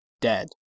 dead